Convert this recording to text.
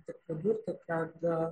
tik pridurti kad